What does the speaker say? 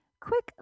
quick